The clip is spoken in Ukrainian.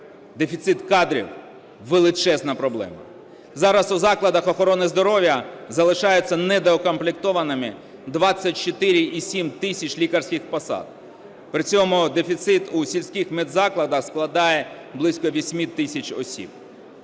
дефіцит кадрів – величезна проблема. Зараз у закладах охорони здоров'я залишаються недоукомплектованими 24,7 тисяч лікарських посад, при цьому дефіцит у сільських медзакладах складає близько 8 тисяч осіб.